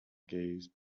gaze